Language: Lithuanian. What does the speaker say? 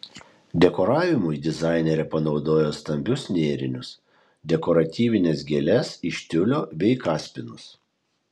dekoravimui dizainerė panaudojo stambius nėrinius dekoratyvines gėles iš tiulio bei kaspinus